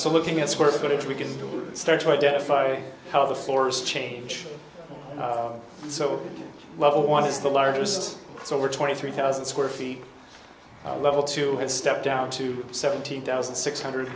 so looking at square footage we can start to identify how the floors change so level one is the largest so we're twenty three thousand square feet level two step down to seventeen thousand six hundred